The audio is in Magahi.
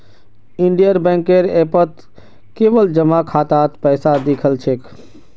इंडियन बैंकेर ऐपत केवल जमा खातात पैसा दि ख छेक